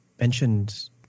mentioned